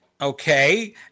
okay